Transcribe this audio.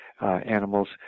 animals